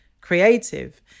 creative